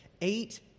Eight